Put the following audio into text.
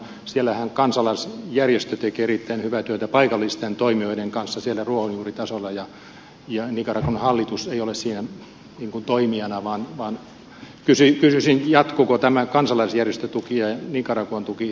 siellähän kansalaisjärjestö tekee erittäin hyvää työtä paikallisten toimijoiden kanssa ruohonjuuritasolla ja nicaraguan hallitus ei ole siinä toimijana vaan kysyisin jatkuuko tämä kansalaisjärjestötuki ja nicaraguan tuki sitten tällaista kautta